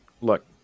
look